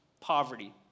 poverty